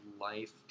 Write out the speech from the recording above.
life